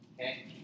okay